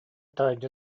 таһырдьа